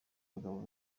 abagabo